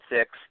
six